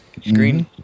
Green